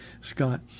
Scott